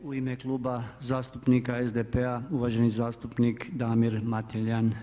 U ime Kluba zastupnika SDP-a uvaženi zastupnik Damir Mateljan.